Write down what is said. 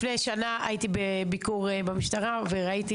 לפני שנה הייתי בביקור במשטרה וראיתי,